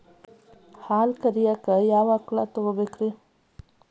ಹಾಲು ಕರಿಯಾಕ ಯಾವ ಆಕಳ ಪಾಡ್ರೇ?